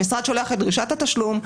המשרד שולח את דרישת התשלום,